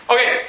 Okay